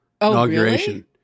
inauguration